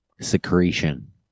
Secretion